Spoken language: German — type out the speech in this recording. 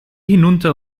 hinunter